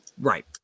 Right